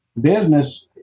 business